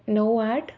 नऊ आठ